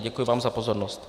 Děkuji vám za pozornost.